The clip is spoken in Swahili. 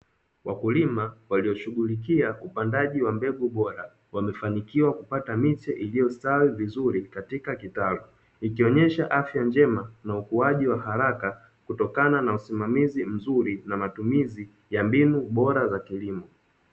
Wakulima walioshughulikia upandaji wa mbegu bora, wamefanikiwa kupata miche iliyostawi vizuri katika kitalu, ikionyesha afya njema na ukuaji wa haraka kutokana na usimamizi mzuri na matumizi ya mbinu bora za kilimo.